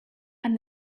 and